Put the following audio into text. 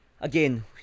Again